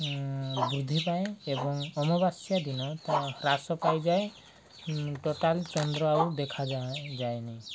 ବୃଦ୍ଧି ପାଏ ଏବଂ ଅମାବାସ୍ୟା ଦିନ ତା ହ୍ରାସ ପାଇଯାଏ ଟୋଟାଲ ଚନ୍ଦ୍ର ଆଉ ଦେଖାଯାଏ ଯାଏନି